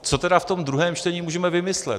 Co tedy v tom druhém čtení můžeme vymyslet?